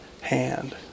hand